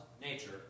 nature